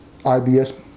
IBS